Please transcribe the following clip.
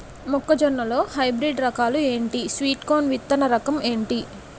మొక్క జొన్న లో హైబ్రిడ్ రకాలు ఎంటి? స్వీట్ కార్న్ విత్తన రకం ఏంటి?